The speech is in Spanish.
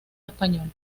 español